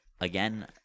again